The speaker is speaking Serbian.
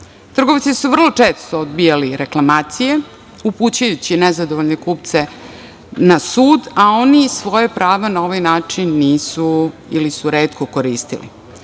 Trgovci su vrlo često odbijali reklamacije, upućujući nezadovoljne kupce na sud, a oni svoja prava na ovaj način nisu ili su retko